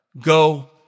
go